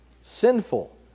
sinful